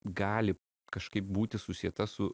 gali kažkaip būti susieta su